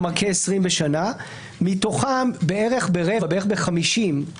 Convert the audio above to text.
כלומר, כ-20 בשנה; מתוכן, בערך ברבע בעשר שנים,